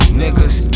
niggas